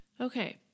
Okay